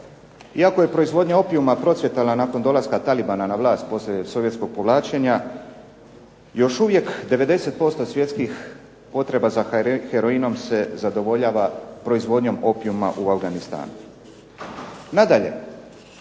Iako je proizvodnja opijuma procvjetala nakon dolaska Talibana na vlast poslije sovjetskog povlačenja, još uvijek 90% svjetskih potreba za heroinom se zadovoljava proizvodnjom opijuma u Afganistanu. Nadalje,